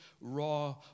raw